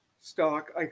stock